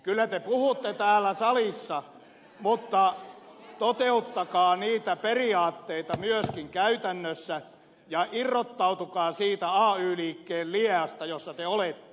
kyllä te puhutte täällä salissa mutta toteuttakaa niitä periaatteita myöskin käytännössä ja irrottautukaa siitä ay liikkeen lieasta jossa te olette